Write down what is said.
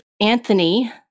Anthony